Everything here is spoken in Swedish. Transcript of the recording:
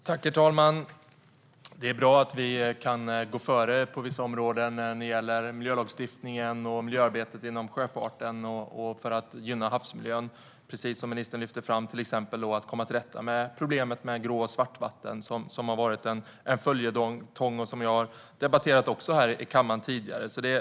Herr talman! Det är bra att vi kan gå före när det gäller miljölagstiftningen och miljöarbetet inom sjöfarten för att gynna havsmiljön och, precis som miljöministern lyfter fram, komma till rätta med problemet med grå och svartvatten, som har varit en följetong och som jag också har debatterat här i kammaren tidigare.